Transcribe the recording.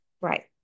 Right